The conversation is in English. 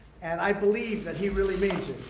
and i believe that he really means it.